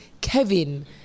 kevin